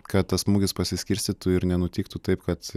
kad tas smūgis pasiskirstytų ir nenutiktų taip kad